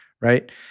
right